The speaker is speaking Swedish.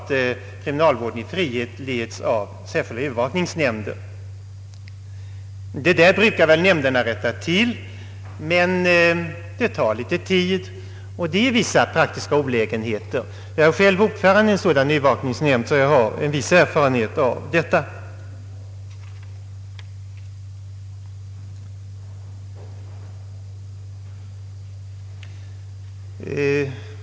Kriminalvården i frihet leds nämligen av särskilda övervakningsnämnder. Det där brukar väl nämnderna rätta till, men det tar litet tid och medför vissa praktiska olägenheter. Jag är själv ordförande i en sådan övervakningsnämnd och har viss erfarenhet av detta.